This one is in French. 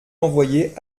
envoyé